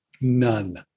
None